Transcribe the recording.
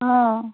অঁ